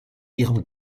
ihrem